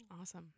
awesome